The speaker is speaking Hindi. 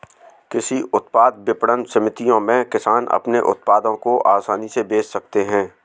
कृषि उत्पाद विपणन समितियों में किसान अपने उत्पादों को आसानी से बेच सकते हैं